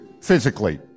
physically